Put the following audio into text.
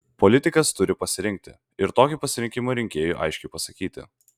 politikas turi pasirinkti ir tokį pasirinkimą rinkėjui aiškiai pasakyti